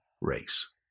race